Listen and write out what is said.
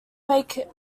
make